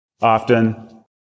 often